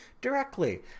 directly